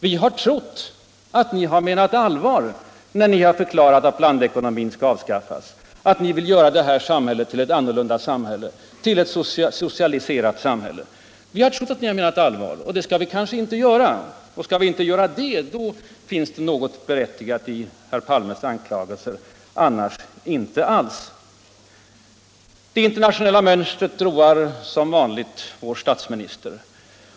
Vi har trott att ni har menat allvar när ni har förklarat att blandekonomin skall avskaffas, att ni vill göra det här samhället till ett annorlunda samhälle, till ett socialiserat samhälle. Vi har trott att ni har menat allvar. Men det skall vi kanske inte göra — och skall vi inte göra det, först då finns det något berättigat i herr Palmes anklagelser, annars inte alls. Det internationella mönstret roar som vanligt vår statsminister.